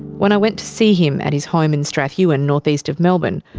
when i went to see him at his home in strathewen, north-east of melbourne,